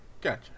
gotcha